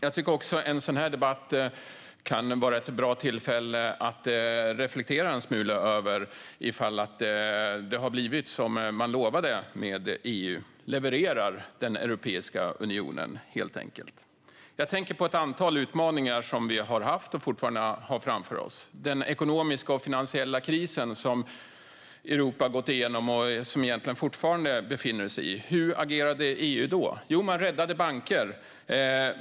Jag tycker också att en sådan här debatt kan vara ett bra tillfälle att reflektera en smula över ifall det har blivit som man lovade med EU: Levererar Europeiska unionen? Jag tänker på ett antal utmaningar som vi har haft och som vi fortfarande har. Den första utmaningen är den ekonomiska och finansiella krisen, som Europa har gått igenom och som man egentligen fortfarande befinner sig i. Hur agerade EU i det fallet? Jo, man räddade banker.